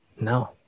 no